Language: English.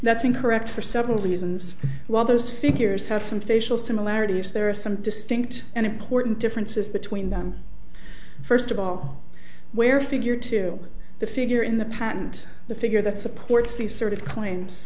that's incorrect for several reasons while those figures have some facial similarities there are some distinct and important differences between them first of all where figure to the figure in the patent the figure that supports the circuit claims